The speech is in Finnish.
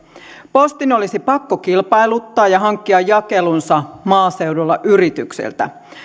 postin olisi pakko kilpailuttaa ja hankkia jakelunsa maaseudulla yrityksiltä